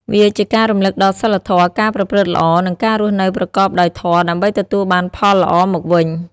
វាជាការរំលឹកដល់សីលធម៌ ការប្រព្រឹត្តល្អ និងការរស់នៅប្រកបដោយធម៌ ដើម្បីទទួលបានផលល្អមកវិញ។